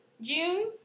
june